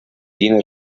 tiene